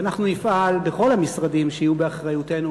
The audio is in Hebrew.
ואנחנו נפעל בכל המשרדים שיהיו באחריותנו,